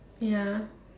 ya